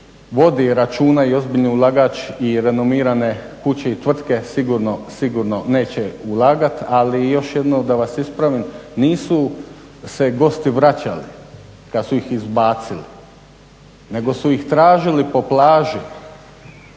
vodi računa i ozbiljni je ulagač i renomirane kuće i tvrtke sigurno neće ulagati. Ali i još jednom da vas ispravim. Nisu se gosti vraćali kad su ih izbacili, nego su ih tražili po plaži,